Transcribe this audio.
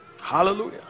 Hallelujah